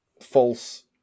False